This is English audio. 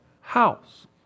house